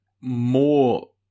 more